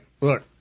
Look